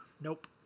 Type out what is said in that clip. nope